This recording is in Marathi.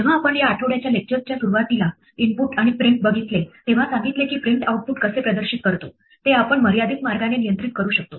जेव्हा आपण या आठवड्याच्या लेक्चर्सच्या सुरुवातीला इनपुट आणि प्रिंट बघितले तेव्हा सांगितले की प्रिंट आउटपुट कसे प्रदर्शित करतो ते आपण मर्यादित मार्गाने नियंत्रित करू शकतो